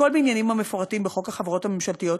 הכול בעניינים המפורטים בחוק החברות הממשלתיות,